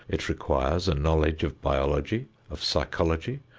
it requires a knowledge of biology, of psychology,